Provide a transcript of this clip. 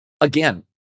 again